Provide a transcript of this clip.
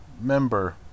member